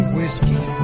Whiskey